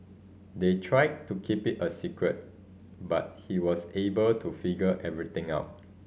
they tried to keep it a secret but he was able to figure everything out